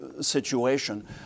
situation